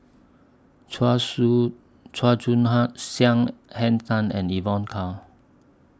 Chua Siew Chua Joon Hang Siang Henn Tan and Evon Kow